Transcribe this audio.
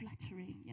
flattering